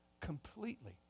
completely